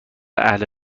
اهل